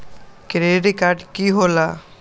Credit card की होला?